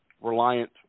reliant